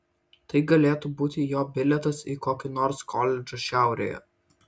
tai galėtų būti jo bilietas į kokį nors koledžą šiaurėje